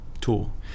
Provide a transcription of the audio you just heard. tool